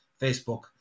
Facebook